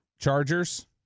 Chargers